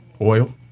Oil